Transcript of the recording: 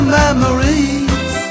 memories